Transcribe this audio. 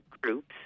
groups